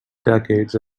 decades